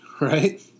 right